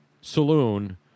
Saloon